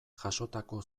jasotako